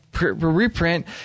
reprint